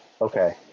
okay